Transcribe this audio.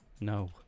No